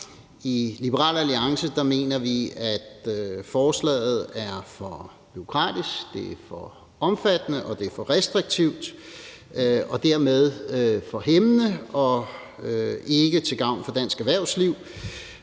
I Liberal Alliance mener vi, at forslaget er for bureaukratisk, og at det er for omfattende og for restriktivt og dermed for hæmmende og ikke til gavn for dansk erhvervsliv.